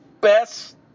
best